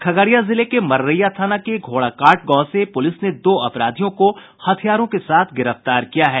खगड़िया जिले के मरइया थाना के घोड़ाकाट गांव से पुलिस ने दो अपराधियों को हथियारों के साथ गिरफ्तार किया है